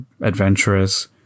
adventurous